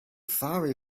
fiery